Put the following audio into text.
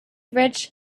rich